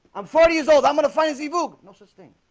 i'm forty years old i'm gonna find zebu no such thing.